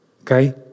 Okay